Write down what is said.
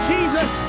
Jesus